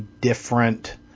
different